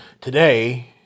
today